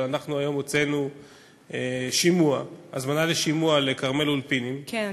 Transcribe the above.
אבל אנחנו היום הוצאנו הזמנה לשימוע ל"כרמל אולפינים" כן,